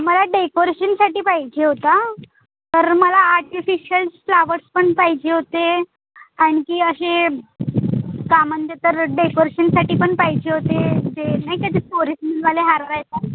मला डेकोरेशनसाठी पाहिजे होता तर मला आर्टिफिशल फ्लावर्स पण पाहिजे होते आणखी असे काय म्हणते तर डेकोरेशनसाठी पण पाहिजे होते ते नाही का ते पोरसलीनवाले हार राहतात